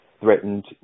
threatened